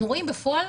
אנחנו רואים בפועל